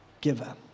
giver